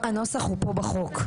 הנוסח הוא פה בחוק,